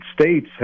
States